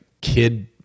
kid